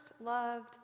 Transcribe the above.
loved